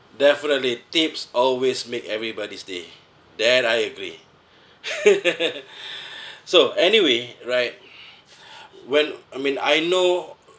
definitely tips always make everybody's day that I agree so anyway right when I mean I know